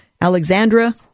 Alexandra